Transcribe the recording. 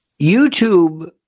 YouTube